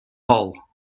hull